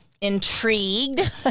intrigued